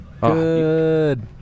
Good